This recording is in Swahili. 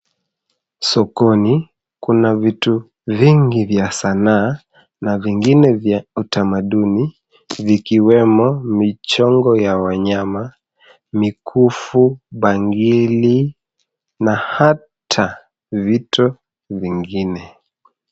Sokoni kuna vitu vingi vya sanaa na vingine vya utamaduni vikiwemo michongo ya wanyama, mikufu, bangili na hata vitu vingine.